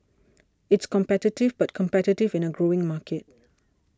it's competitive but competitive in a growing market